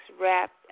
wrapped